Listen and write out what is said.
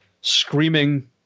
screaming